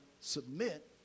submit